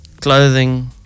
clothing